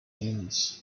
enemies